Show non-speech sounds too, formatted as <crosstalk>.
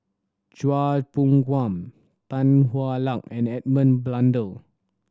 Chua Phung <unintelligible> Tan Hwa Luck and Edmund Blundell